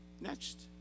Next